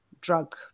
drug